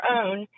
own